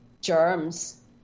germs